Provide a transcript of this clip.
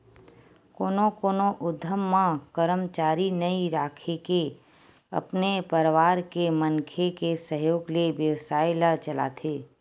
कोनो कोनो उद्यम म करमचारी नइ राखके अपने परवार के मनखे के सहयोग ले बेवसाय ल चलाथे